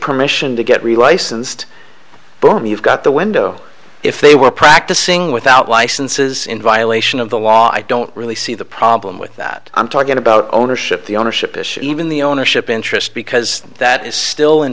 permission to get relicensed boom you've got the window if they were practicing without licenses in violation of the law i don't really see the problem with that i'm talking about ownership the ownership issue even the ownership interest because that is still in